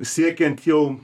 siekiant jau